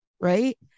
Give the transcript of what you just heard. right